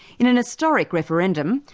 in an historic referendum,